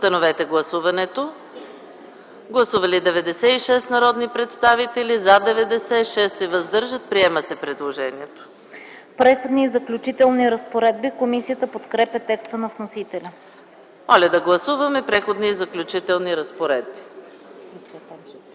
„Преходни и заключителни разпоредби.”